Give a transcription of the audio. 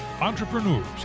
entrepreneurs